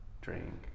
drink